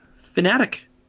fanatic